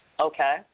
Okay